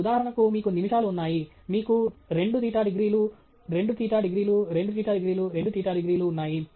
కాబట్టి ఉదాహరణకు మీకు నిమిషాలు ఉన్నాయి మీకు 2 తీటా డిగ్రీలు 2 తీటా డిగ్రీలు 2 తీటా డిగ్రీలు 2 తీటా డిగ్రీలు ఉన్నాయి